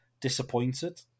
disappointed